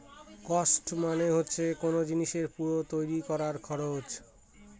cost মানে হচ্ছে কোন জিনিসের পুরো তৈরী করার খরচ